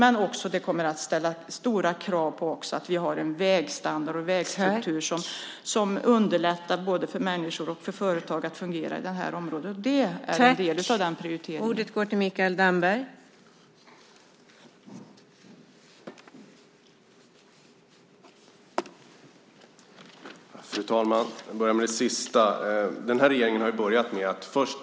Men detta kommer att ställa krav på en vägstandard och en vägstruktur som underlättar både för människor och för företag att fungera i området. Detta är en del av den prioriteringen.